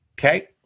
Okay